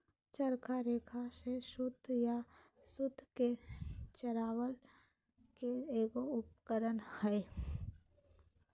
चरखा रेशा से सूत या सूत के चरावय के एगो उपकरण हइ